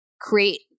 create